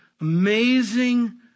amazing